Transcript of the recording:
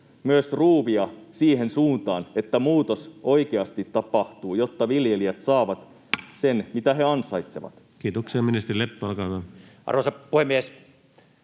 myös ruuvia siihen suuntaan, että muutos oikeasti tapahtuu, jotta viljelijät saavat sen, mitä he ansaitsevat. Kiitoksia. — Ministeri Leppä, olkaa hyvä. Arvoisa puhemies!